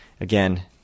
Again